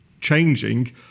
changing